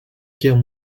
guerre